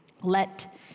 let